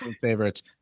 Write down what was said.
favorites